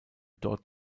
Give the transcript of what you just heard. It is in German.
dort